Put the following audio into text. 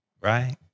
right